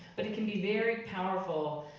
but it can be very powerful